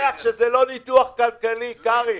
אני שמח שזה לא ניתוח כלכלי, קרעי.